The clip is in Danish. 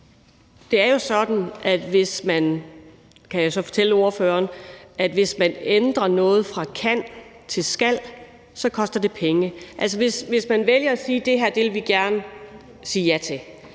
jeg så fortælle ordføreren, ændrer noget fra »kan« til »skal«, koster det penge. Hvis man vælger at sige, at det her vil vi gerne sige ja til,